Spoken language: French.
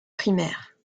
primaire